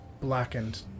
blackened